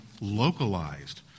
localized